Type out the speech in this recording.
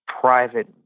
private